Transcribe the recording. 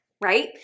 right